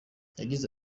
yagize